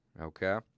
Okay